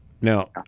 now